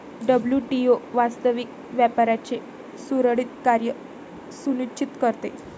WTO वास्तविक व्यापाराचे सुरळीत कार्य सुनिश्चित करते